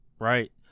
Right